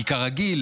כי כרגיל,